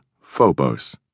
Phobos